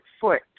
foot